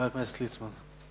חבר הכנסת יעקב ליצמן.